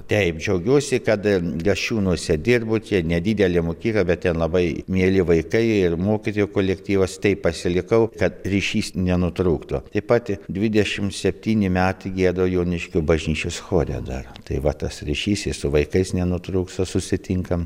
taip džiaugiuosi kad gasčiūnuose dirbu čia nedidelė mokykla bet ten labai mieli vaikai ir mokytojų kolektyvas tai pasilikau kad ryšys nenutrūktų taip pat dvidešim septyni metai giedu joniškio bažnyčios chore dar tai va tas ryšys jis su vaikais nenutrūksta susitinkam